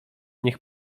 niech